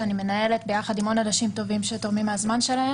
שאני מנהלת ביחד עם עוד אנשים טובים שתורמים מהזמן שלהם.